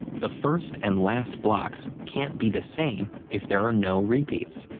the first and last blocks can't be the same if there are no repeats.